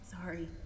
Sorry